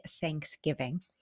Thanksgiving